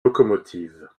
locomotives